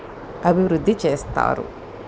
అభివృద్ధి చేస్తారు